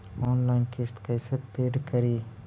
Online किस्त कैसे paid करि?